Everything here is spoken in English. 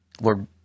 Lord